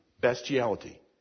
bestiality